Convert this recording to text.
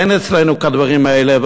אין אצלנו כדברים האלה,